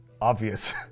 obvious